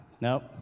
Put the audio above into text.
nope